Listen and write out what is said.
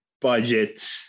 budget